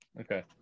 Okay